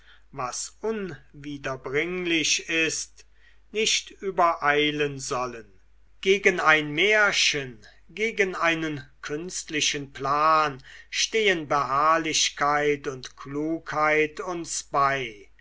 was unwiederbringlich ist nicht übereilen sollen gegen ein märchen gegen einen künstlichen plan stehen beharrlichkeit und klugheit uns bei